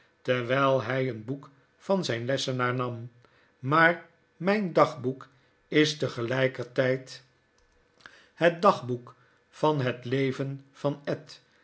terwyl hy een boek van zijn lessenaar nam maar myn dagboek is tegelijkertyd het dagboek van het leven van ed